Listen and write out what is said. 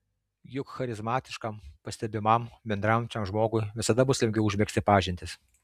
juk charizmatiškam pastebimam bendraujančiam žmogui visada bus lengviau užmegzti pažintis